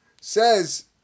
says